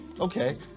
Okay